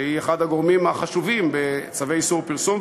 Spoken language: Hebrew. שהיא אחד הגורמים החשובים בצווי איסור פרסום,